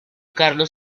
carlos